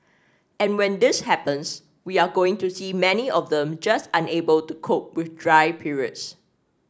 and when this happens we are going to see many of them just unable to cope with dry periods